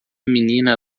menina